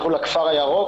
לכו לכפר הירוק,